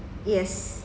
yes